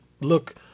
look